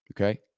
Okay